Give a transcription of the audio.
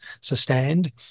sustained